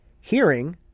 hearing